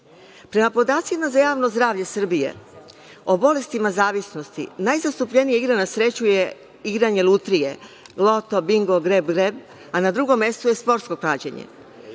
podacima za javno zdravlje Srbije, o bolestima zavisnosti najzastupljenija igra na sreću je igranje lutrije: loto, bingo, greb-greb, a na drugom mestu je sportsko klađenje.